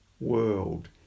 world